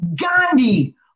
Gandhi